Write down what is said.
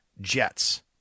Jets